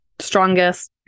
strongest